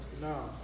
No